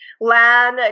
Lan